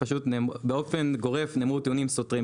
באופן גורף נאמרו פה טיעונים סותרים.